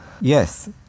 yes